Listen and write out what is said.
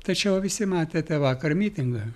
tačiau visi matėte vakar mitingą